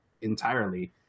entirely